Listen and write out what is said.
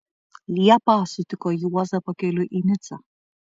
liepą sutiko juozą pakeliui į nicą